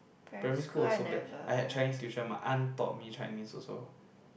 primary school also bad I had Chinese tuition my aunt taught me Chinese also